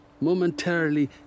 momentarily